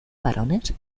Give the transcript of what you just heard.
varones